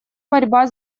борьба